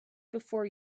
before